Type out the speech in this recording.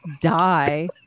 die